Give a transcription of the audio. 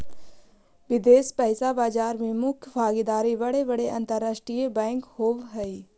विदेश पइसा बाजार में मुख्य भागीदार बड़े बड़े अंतरराष्ट्रीय बैंक होवऽ हई